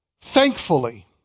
thankfully